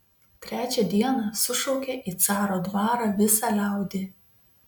trečią dieną sušaukė į caro dvarą visą liaudį